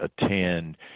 attend